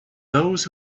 those